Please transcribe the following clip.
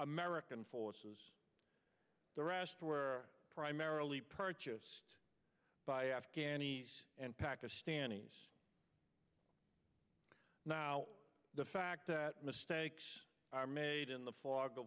american forces the rest were primarily purchased by afghanis and pakistanis now the fact that mistakes are made in the fog